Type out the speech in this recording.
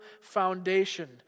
foundation